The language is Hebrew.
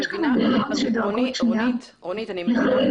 אני מבינה, רונית אני מבינה.